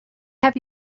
have